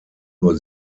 nur